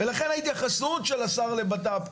ולכן ההתייחסות של השר לבט"פ,